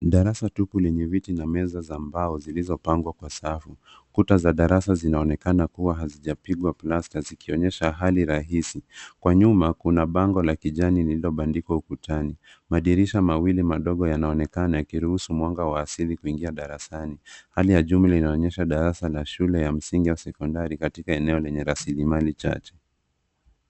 Darasa tupu lenye viti na meza za mbao zilizopangwa kwa safu. Kuta za darasa zinaonekana kuwa hazijapigwa plasta zikionyesha hali rahisi. Kwa nyuma kuna bango la kijani lililobandikwa ukutani. Madirisha mawili madogo yanaonekana yakiruhusu mwanga wa asili kuingia darasani. Hali ya jumla inaonyesha darasa la shule ya msingi ya sekondari katika eneo lenye rasilimali chache.